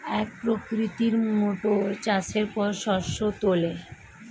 এক প্রকৃতির মোটর চাষের পর শস্য তোলে